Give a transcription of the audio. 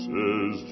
Says